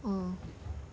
oh